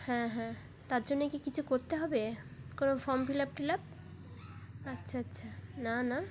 হ্যাঁ হ্যাঁ তার জন্যে কি কিছু করতে হবে কোনো form fill up till up আচ্ছা আচ্ছা না না